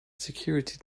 security